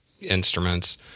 instruments